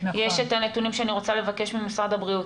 יש את הנתונים שאני רוצה לבקש ממשרד הבריאות,